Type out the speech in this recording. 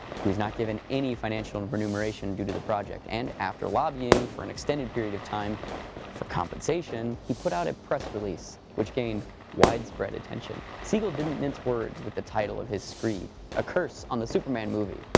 he was not given any financial and re-numeration due to the project. and after lobbying for an extended period of time for compensation, he put out a press release which gained widespread attention. siegel didn't mince words with the title of his screed a curse on the superman movie,